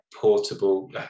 portable